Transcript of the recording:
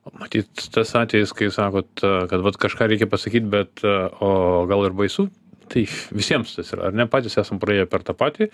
matyt tas atvejis kai sakot kad vat kažką reikia pasakyt bet o gal ir baisu tai visiems tas yra ar ne patys esam praėję per tą patį